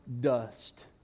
dust